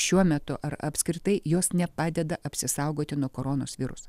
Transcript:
šiuo metu ar apskritai jos nepadeda apsisaugoti nuo koronos viruso